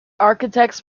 architects